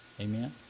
Amen